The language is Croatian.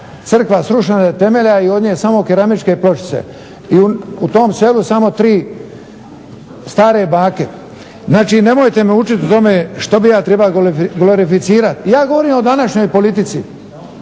Hrvatska srušena do temelja i od nje samo keramičke pločice i u tom selu samo tri stare bake. Znači nemojte me učiti o tome što bih ja trebao glorificirati, ja govorim o današnjoj politici,